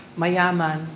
mayaman